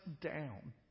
down